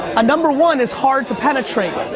a number one is hard to penetrate.